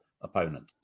opponent